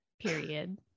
Period